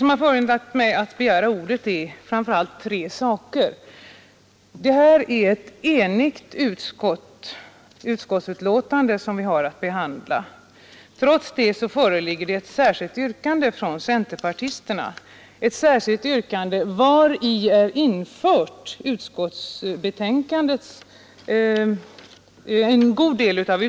Vad som föranledde mig att begära ordet är framför allt tre saker; det eniga utskottsbetänkandet, det särskilda yttrandet och de starkare styrmedel som önskas. Det är således ett enigt utskottsbetänkande som vi behandlar.